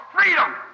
freedom